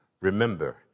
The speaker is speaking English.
remember